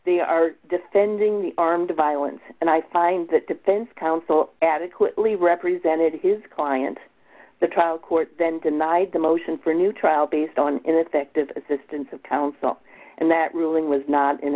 they are defending the armed violence and i find the defense counsel adequately represented his client the trial court then denied the motion for a new trial based on ineffective assistance of counsel and that ruling was not